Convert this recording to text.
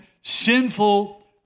sinful